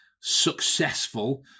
successful